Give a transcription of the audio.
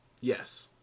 Yes